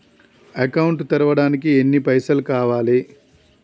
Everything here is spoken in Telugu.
అకౌంట్ తెరవడానికి ఎన్ని పైసల్ కావాలే?